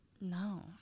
no